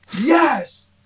yes